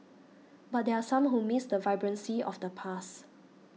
but there are some who miss the vibrancy of the past